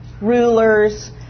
rulers